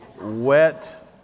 wet